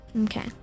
Okay